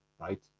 right